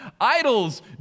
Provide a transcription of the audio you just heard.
Idols